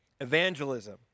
Evangelism